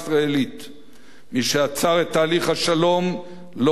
מי שעצר את תהליך השלום לא בנה את ארץ-ישראל